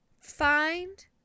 find